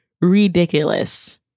ridiculous